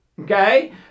okay